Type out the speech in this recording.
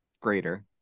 greater